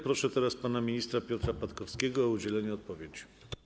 Proszę teraz pana ministra Piotra Patkowskiego o udzielenie odpowiedzi.